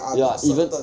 ya even